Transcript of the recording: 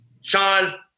Sean